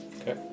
Okay